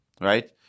right